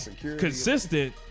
consistent